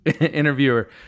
Interviewer